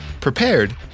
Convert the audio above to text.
prepared